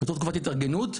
בתוך תקופת התארגנות,